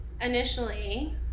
Initially